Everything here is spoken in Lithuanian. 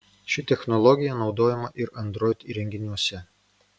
ši technologija naudojama ir android įrenginiuose